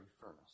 furnace